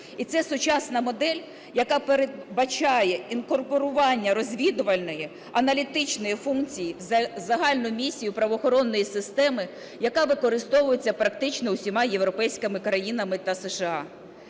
І це сучасна модель, яка передбачає інкорпорування розвідувальної, аналітичної функції в загальну місію правоохоронної системи, яка використовується практично усіма європейськими країнами та США.